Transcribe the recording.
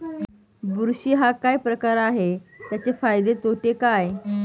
बुरशी हा काय प्रकार आहे, त्याचे फायदे तोटे काय?